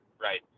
right